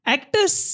Actors